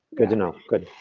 good to know. good.